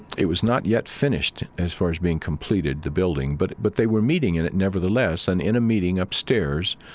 it was not yet finished, as far as being completed, the building, but but they were meeting in it nevertheless. and in a meeting upstairs,